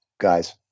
guys